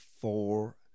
four